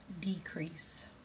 decrease